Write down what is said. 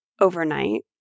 overnight